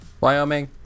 Wyoming